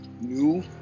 new